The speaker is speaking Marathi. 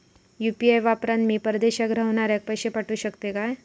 यू.पी.आय वापरान मी परदेशाक रव्हनाऱ्याक पैशे पाठवु शकतय काय?